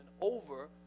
over